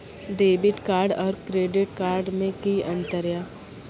Debit card और credit card मे कि अंतर या?